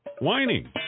whining